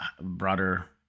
broader